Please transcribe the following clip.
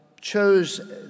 chose